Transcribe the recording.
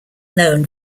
known